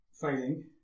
failing